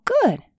good